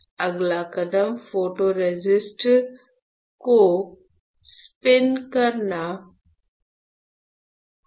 अगला कदम coat photoresist को स्पिन करना होगा